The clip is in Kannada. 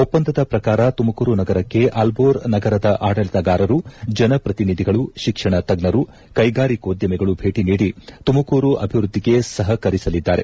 ಒಪ್ಪಂದದ ಪ್ರಕಾರ ತುಮಕೂರು ನಗರಕ್ಕೆ ಅಲ್ಬೋರ್ ನಗರದ ಆಡಳಿತಗಾರರು ಜನಪ್ರತಿನಿಧಿಗಳು ಶಿಕ್ಷಣ ತಜ್ಞರು ಕೈಗಾರಿಕೋದ್ಯಮಿಗಳು ಭೇಟಿ ನೀಡಿ ತುಮಕೂರು ಅಭಿವ್ಯದ್ಧಿಗೆ ಸಹಕರಿಸಲಿದ್ದಾರೆ